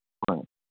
ꯍꯣꯏ